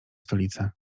stolicę